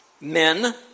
Men